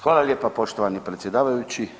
Hvala lijepa poštovani predsjedavajući.